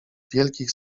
wielkich